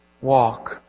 walk